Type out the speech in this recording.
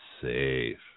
safe